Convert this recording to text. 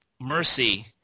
Mercy